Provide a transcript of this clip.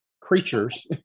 creatures